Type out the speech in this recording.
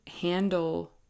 handle